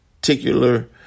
particular